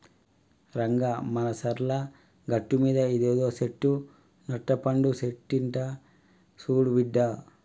రంగా మానచర్ల గట్టుమీద ఇదేదో సెట్టు నట్టపండు సెట్టంట సూడు బిడ్డా